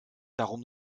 darum